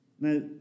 Now